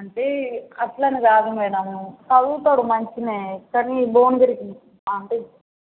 అంటే అట్లని కాదు మ్యాడమ్ చదువుతాడు మంచిగా కానీ భువనగిరికి అంటే